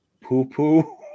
poo-poo